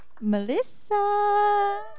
Melissa